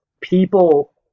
people